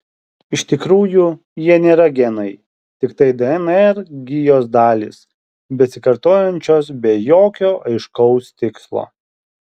iš tikrųjų jie nėra genai tiktai dnr gijos dalys besikartojančios be jokio aiškaus tikslo